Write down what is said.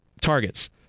targets